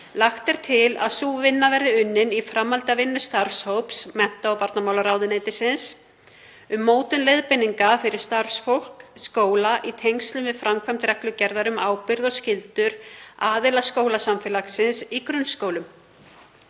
og ungmenna. Sú vinna verði unnin í framhaldi af vinnu starfshóps mennta- og barnamálaráðuneytisins um mótun leiðbeininga fyrir starfsfólk skóla í tengslum við framkvæmd reglugerðar um ábyrgð og skyldur aðila skólasamfélagsins í grunnskólum.